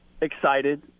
excited